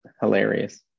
hilarious